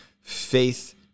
faith